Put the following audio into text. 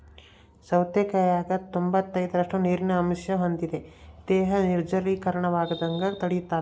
ಸೌತೆಕಾಯಾಗ ತೊಂಬತ್ತೈದರಷ್ಟು ನೀರಿನ ಅಂಶ ಹೊಂದಿದೆ ದೇಹ ನಿರ್ಜಲೀಕರಣವಾಗದಂಗ ತಡಿತಾದ